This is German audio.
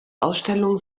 ausstellungen